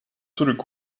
zurück